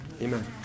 Amen